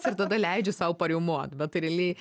ir tada leidžiu sau pariaumot bet realiai